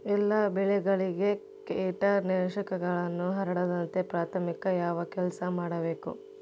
ಎಲ್ಲ ಬೆಳೆಗಳಿಗೆ ಕೇಟನಾಶಕಗಳು ಹರಡದಂತೆ ಪ್ರಾಥಮಿಕ ಯಾವ ಕೆಲಸ ಮಾಡಬೇಕು?